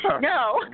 No